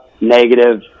negative